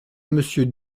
monsieur